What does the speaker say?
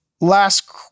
last